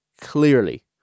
Clearly